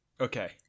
Okay